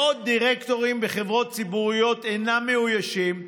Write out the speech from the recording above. מאות דירקטורים בחברות ציבוריות אינם מאוישים,